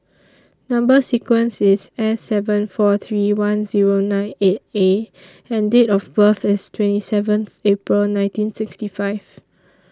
Number sequence IS S seven four three one Zero nine eight A and Date of birth IS twenty seventh April nineteen sixty five